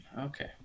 Okay